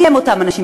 מי הם אותם אנשים.